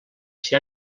s’hi